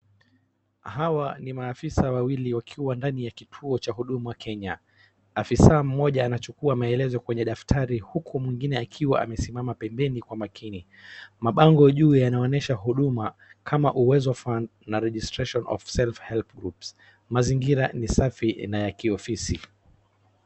Hawa ni maafisa wawili wakiwa ndani ya kituo cha huduma Kenya. Afisa mmoja anachukua maelezo kwenye daftari huku mwingine akiwa amesimama pembeni kwa makini. Mabango juu yanaonyesha huduma kama uwezo fund na registration of self help groups . Mazingira ni safi na ya kiofisi.